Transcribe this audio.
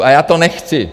A já to nechci.